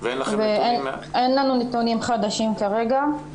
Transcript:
אין לנו נתונים חדשים כרגע.